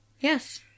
Yes